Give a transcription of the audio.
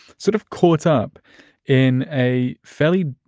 sort of caught up in a fairly